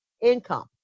income